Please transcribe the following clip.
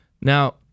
Now